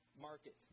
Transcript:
market